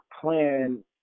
plan